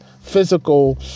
physical